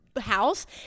house